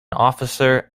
officer